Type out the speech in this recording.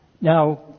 Now